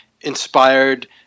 inspired